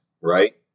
Right